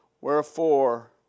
Wherefore